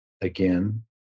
again